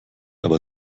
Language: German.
aber